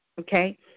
okay